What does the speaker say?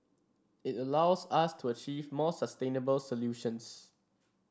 it allows us to achieve more sustainable solutions